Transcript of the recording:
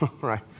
right